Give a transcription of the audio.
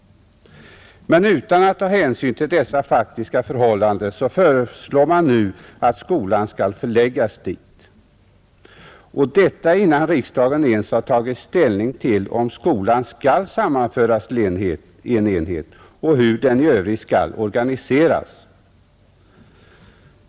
Men utan att ta hänsyn till dessa faktiska förhållanden föreslår man nu att skolan skall förläggas dit. Och detta gör man innan riksdagen ens har tagit ställning till om skolan skall sammanföras till en enhet och till hur den i övrigt skall organiseras.